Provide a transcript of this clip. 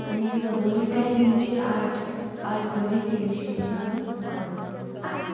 हुन्छ त भोलि टाइमिङ चाहिँ आठ आठ बजेतिर निस्किन्छु हामी हजुर आठ